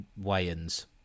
Wayans